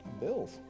bills